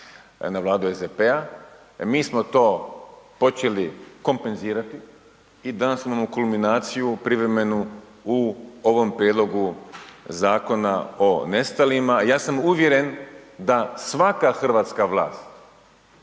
na Vladu SDP-a, mi smo to počeli kompenzirati i danas imamo kulminaciju privremenu u ovom prijedlogu Zakona o nestalima. Ja sam uvjeren da svaka hrvatska vlast